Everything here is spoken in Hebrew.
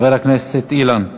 אדוני היושב-ראש, תודה רבה,